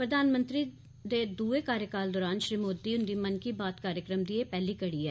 प्रधानमंत्री दे दूए कार्यकाल दरान श्री मोदी हुंदी मन की बात कार्यक्रम दी एह् पैह्ली कड़ी ऐ